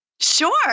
Sure